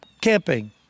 camping